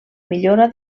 millora